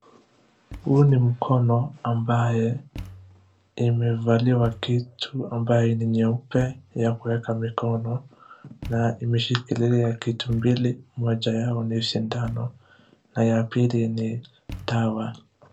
Huu ni mkono ambaye imevaliwa kitu ambaye ni nyeupe ni ya kuweka mikono na umeshikilia kitu mbili, moja yao ni sindano na ya pili ni dawa.